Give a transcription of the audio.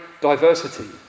diversity